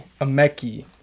Ameki